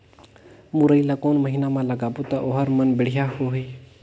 मुरई ला कोन महीना मा लगाबो ता ओहार मान बेडिया होही?